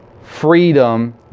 Freedom